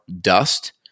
dust